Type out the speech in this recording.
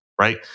right